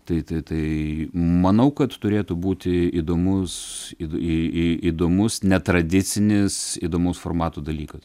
tai tai tai manau kad turėtų būti įdomus įdo į į įdomus netradicinis įdomaus formato dalykas